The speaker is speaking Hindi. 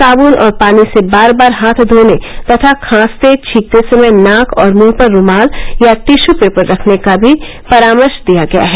साब्न और पानी से बार बार हाथ धोने तथा खासते छीकते समय नाक और मुंह पर रुमाल या टिशू पेपर रखने का भी परामर्श दिया गया है